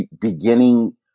beginning